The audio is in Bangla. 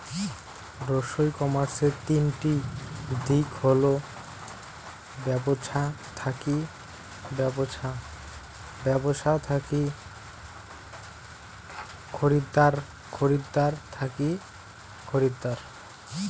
ই কমার্সের তিনটি দিক হল ব্যবছা থাকি ব্যবছা, ব্যবছা থাকি খরিদ্দার, খরিদ্দার থাকি খরিদ্দার